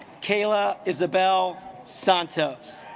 kayla isabel santos